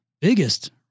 biggest